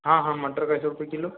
हाँ हाँ मटर कैसे रुपये किलो